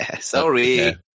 Sorry